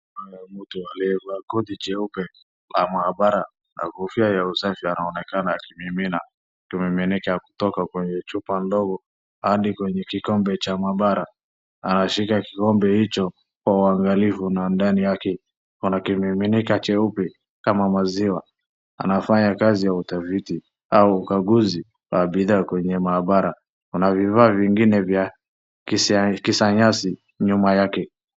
Kuna mtu aliyevaa koti jeupe, la mabara na kofia ya usafi anaonekana akimiminika. Kimumeneka kutoka kwenye chupa ndogo hadi kwenye kikombe cha mabara. Anashika kikombe hicho kwa uangalifu na ndani yake kuna kimumeneka cheupe kama maziwa. Anafanya kazi ya utafiti au ukaguzi wa bidhaa kwenye mabara. Kuna vifaa vingine vya kisanyansi nyuma yake.